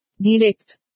Direct